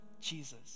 Jesus